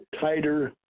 tighter